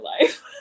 life